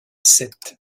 sète